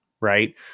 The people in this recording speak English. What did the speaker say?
right